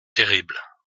terrible